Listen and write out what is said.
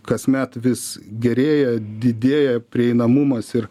kasmet vis gerėja didėja prieinamumas ir